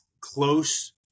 close